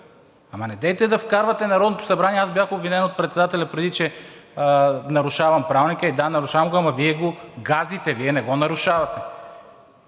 Недейте да вкарвате Народното събрание – аз бях обвинен от председателя преди, че нарушавам Правилника, е, да, нарушавам го, ама Вие го газите – Вие не го нарушавате!